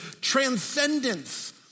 transcendence